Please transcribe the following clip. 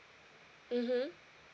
mmhmm